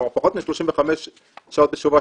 כלומר פחות מ-35 שעות בשבוע,